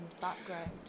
background